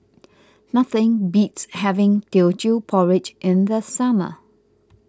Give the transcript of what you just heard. nothing beats having Teochew Porridge in the summer